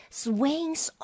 swings